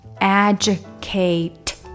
educate